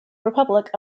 republic